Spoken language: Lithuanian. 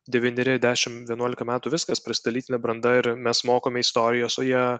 devyneri dešim vienuolika metų viskas prasda lytinė branda ir mes mokome istorijos o jie